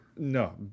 No